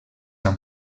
amb